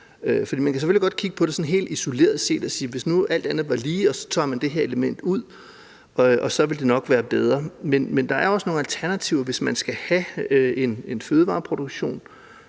Man kan selvfølgelig godt kigge på det sådan helt isoleret og sige, at hvis man alt andet lige tager det her element ud, vil det nok være bedre. Men der er jo også nogle alternativer, hvis man skal have en fødevareproduktion